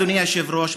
אדוני היושב-ראש,